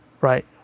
right